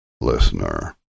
Listener